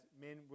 men